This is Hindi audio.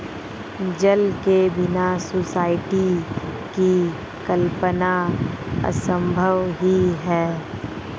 जल के बिना सृष्टि की कल्पना असम्भव ही है